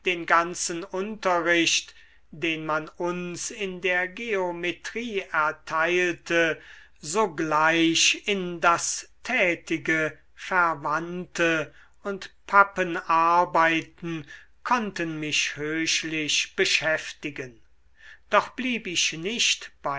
den ganzen unterricht den man uns in der geometrie erteilte sogleich in das tätige verwandte und pappenarbeiten konnten mich höchlich beschäftigen doch blieb ich nicht